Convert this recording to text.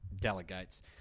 Delegates